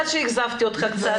שאכזבתי אותך.